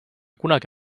kunagi